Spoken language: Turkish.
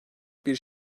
bir